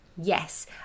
Yes